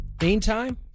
Meantime